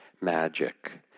magic